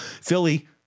Philly